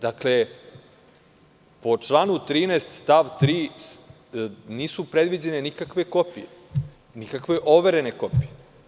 Dakle, po članu 13. stav 3. nisu predviđene nikakve kopije, nikakve overene kopije.